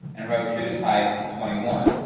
and row two's height to twenty one.